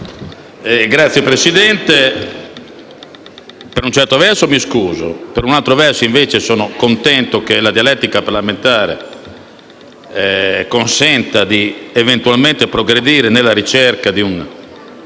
Signor Presidente, per un certo verso mi scuso, ma per un altro verso sono contento che la dialettica parlamentare consenta eventualmente di progredire nella ricerca di un